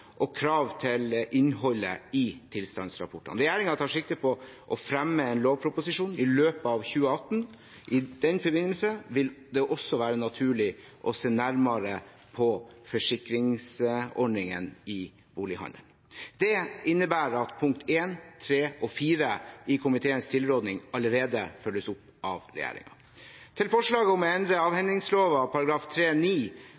og krav til innholdet i tilstandsrapportene. Regjeringen tar sikte på å fremme en lovproposisjon i løpet av 2018. I den forbindelse vil det også være naturlig å se nærmere på forsikringsordningen i bolighandelen. Det innebærer at I, III og IV i komiteens tilråding allerede følges opp av regjeringen. Når det gjelder forslaget om å endre